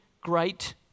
great